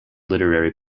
literary